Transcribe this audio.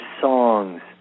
songs